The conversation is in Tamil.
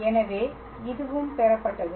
எனவே இதுவும் பெறப்பட்டது